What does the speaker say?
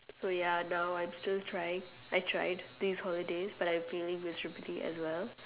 so ya now I'm still trying I tried this holiday but I'm failing miserably as well